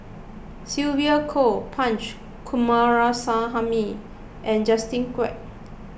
Sylvia Kho Punch Coomaraswamy and Justin Quek